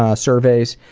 ah surveys,